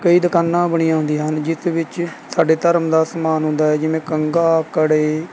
ਕਈ ਦੁਕਾਨਾਂ ਬਣੀਆਂ ਹੁੰਦੀਆਂ ਹਨ ਜਿਸ ਵਿੱਚ ਸਾਡੇ ਧਰਮ ਦਾ ਸਮਾਨ ਹੁੰਦਾ ਹੈ ਜਿਵੇਂ ਕੰਘਾ ਕੜੇ